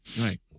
Right